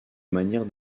manière